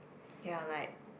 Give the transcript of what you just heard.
ya like